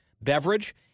beverage